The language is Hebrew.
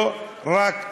לא רק לכוונות.